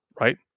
Right